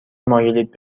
مایلید